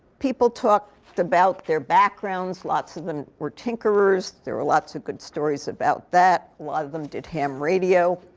people talked about their backgrounds. lots of them were tinkerers. there are lots of good stories about that. a lot of them did ham radio.